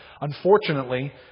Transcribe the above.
Unfortunately